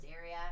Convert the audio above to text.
area